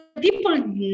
people